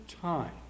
time